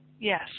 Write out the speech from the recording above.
Yes